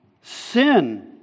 Sin